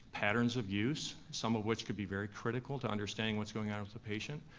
patterns of use, some of which can be very critical to understanding what's going on with a patient,